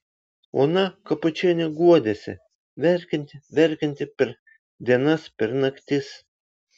ona kapočienė guodėsi verkianti verkianti per dienas per naktis